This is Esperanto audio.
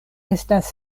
estas